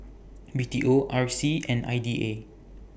B T O R C and I D A